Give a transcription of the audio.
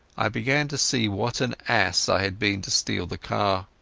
i began to see what an ass i had been to steal the car.